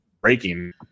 breaking